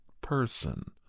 person